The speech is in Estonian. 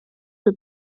kui